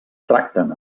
tracten